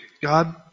God